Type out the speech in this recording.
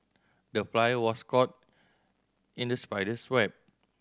the fly was caught in the spider's web